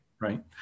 Right